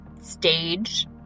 stage